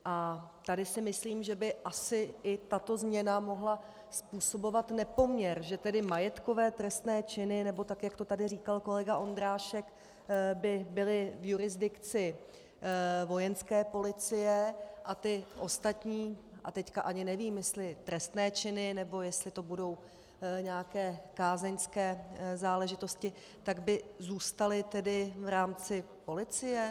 A tady si myslím, že by asi i tato změna mohla způsobovat nepoměr, že tedy majetkové trestné činy, nebo tak jak to tady říkal kolega Ondráček, by byly v jurisdikci Vojenské policie a ty ostatní, a teď ani nevím, jestli trestné činy, nebo jestli to budou nějaké kázeňské záležitosti, tak by zůstaly tedy v rámci policie?